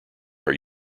are